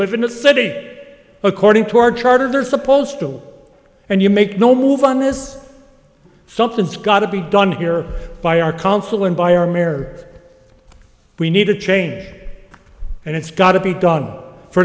live in a city according to our charter they're supposed to and you make no move on this something's gotta be done here by our council and by our marriage we need to change and it's got to be done for